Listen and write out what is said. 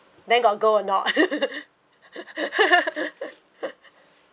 then got go or not